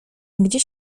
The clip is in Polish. gdzie